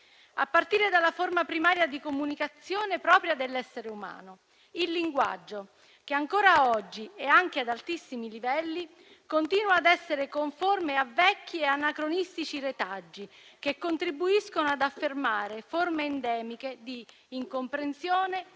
a partire dalla forma primaria di comunicazione propria dell'essere umano, il linguaggio, che ancora oggi, anche ad altissimi livelli, continua ad essere conforme a vecchie e anacronistici retaggi, che contribuiscono ad affermare forme endemiche di incomprensione,